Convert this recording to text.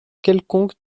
quelconque